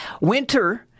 winter